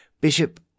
Bishop